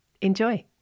enjoy